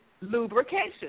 lubrication